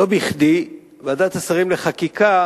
לא בכדי ועדת השרים לחקיקה